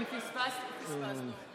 אני פספסתי, פספסנו.